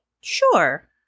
sure